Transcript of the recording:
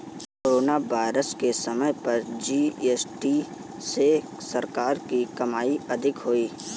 corona virus के समय पर जी.एस.टी से सरकार की कमाई अधिक हुई